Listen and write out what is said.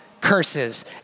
curses